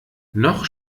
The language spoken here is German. noch